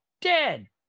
dead